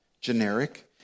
generic